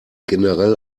generell